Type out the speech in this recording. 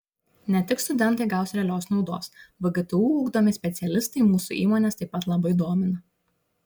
ne tik studentai gaus realios naudos vgtu ugdomi specialistai mūsų įmones taip pat labai domina